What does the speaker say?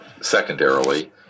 secondarily